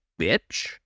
bitch